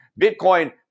Bitcoin